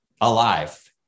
alive